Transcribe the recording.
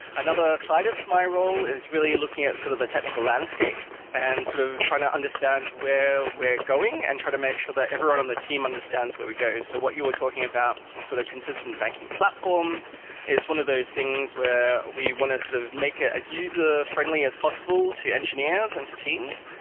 another side of my role is really looking at sort of the technical landscape and sort of trying to understand where we're going and try to make sure that everyone on the team understands where we go. so what you were talking about, a and sort of consistent banking platform is one of those things where we want to sort of make it as user-friendly as possible to engineers and to teams.